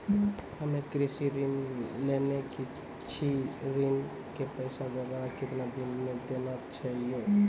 हम्मे कृषि ऋण लेने छी ऋण के पैसा दोबारा कितना दिन मे देना छै यो?